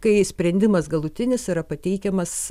kai sprendimas galutinis yra pateikiamas